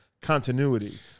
continuity